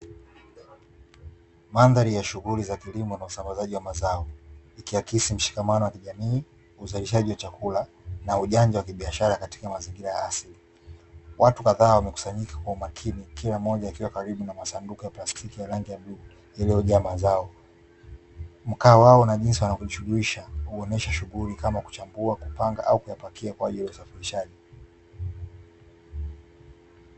Mandhari ya shughuli za kilimo na usambazaji wa mazao. Ikiakisi mshikamano wa kijamii, uzalishaji wa chakula na ujanja wa kibiashara katika mazingira ya asili. Watu kadhaa wamekusanyika kwa umakini kila mmoja akiwa karibu na masanduku ya plastiki ya rangi ya bluu yaliyojaa mazao. Mkao wao na jinsi wanavyo jishughulisha huonyesha shughuli kama kuchambua, kupanga au kuyapakia kwa ajili ya usafirishaji.